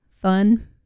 fun